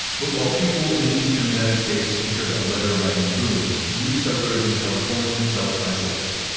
but while people in the eastern united states entered a letter writing boom, new settlers in california felt isolated.